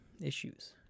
issues